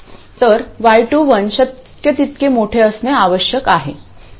तर y21 शक्य तितके मोठे असणे आवश्यक आहे